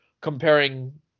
comparing